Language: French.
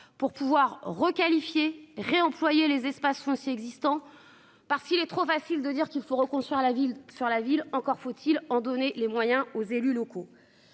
pour pouvoir requalifier réemployer les espaces fonciers existants parce qu'il est trop facile de dire qu'il faut reconstruire la ville sur la ville. Encore faut-il en donner les moyens aux élus locaux.